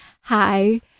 hi